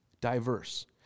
diverse